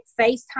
FaceTime